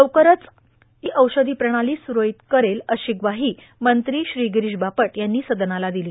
लवकरच इत्यादी औषधी प्रणाली सुरळीत करेल अशी ग्वाही मंत्री श्री गिरीष बापट यांनी सदनाला दिली